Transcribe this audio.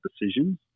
decisions